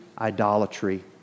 idolatry